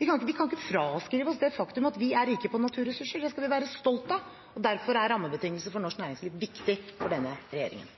Vi kan ikke fraskrive oss det faktum at vi er rike på naturressurser. Det skal vi være stolt av, og derfor er rammebetingelser for norsk næringsliv viktig for denne regjeringen.